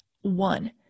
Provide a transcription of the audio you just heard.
One